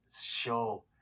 show